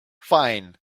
fine